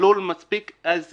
הלול מספיק As is.